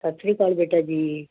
ਸਤਿ ਸ਼੍ਰੀ ਅਕਾਲ ਬੇਟਾ ਜੀ